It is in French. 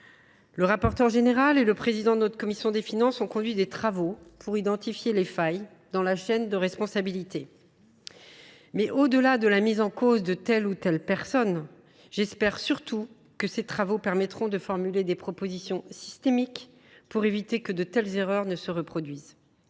Le rapporteur général et le président de notre commission des finances ont conduit une mission d’information visant à identifier les failles dans la chaîne de responsabilité. Au delà de la mise en cause de telle ou telle personne, j’espère surtout que ces travaux seront l’occasion de formuler des propositions systémiques permettant d’éviter que de telles erreurs ne se reproduisent.